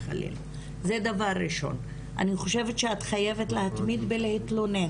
דבר שני, אני חושבת שאת חייבת להתמיד בלהתלונן.